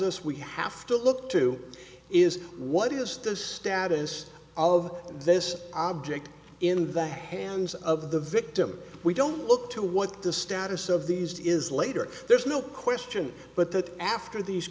us we have to look to is what is this status all of this object in the hands of the victim we don't look to what the status of these it is later there's no question but that after these